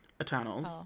eternals